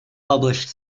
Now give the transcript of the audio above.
published